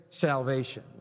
salvation